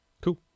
Cool